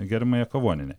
gerbiama jakavonienė